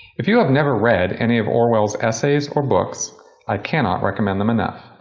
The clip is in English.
if you have never read any of orwell's essays or books i can not recommend them enough.